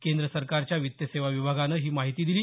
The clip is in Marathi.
केंद्र सरकारच्या वित्तसेवा विभागानं ही माहिती दिली